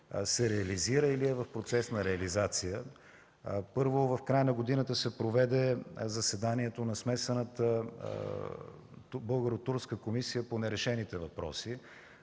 се реализира или е в процес на реализация. Първо, в края на годината се проведе заседанието на Смесената българо-турска комисия по нерешените въпроси.